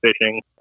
fishing